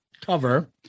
cover